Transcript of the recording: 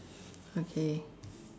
okay